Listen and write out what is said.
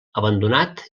abandonat